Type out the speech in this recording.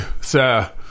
sir